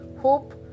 hope